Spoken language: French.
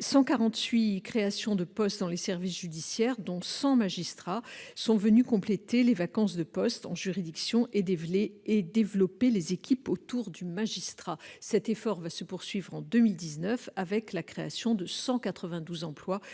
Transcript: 148 créations de postes dans les services judiciaires, dont 100 postes de magistrats, sont venues compléter les vacances de postes en juridiction et développer les équipes autour du magistrat. Cet effort se poursuit en 2019 avec la création de 192 emplois dans